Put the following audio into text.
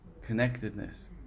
connectedness